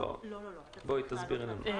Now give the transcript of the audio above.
תסבירי לנו.